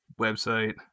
website